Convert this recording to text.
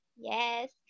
Yes